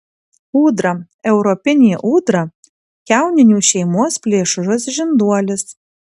ūdra europinė ūdra kiauninių šeimos plėšrus žinduolis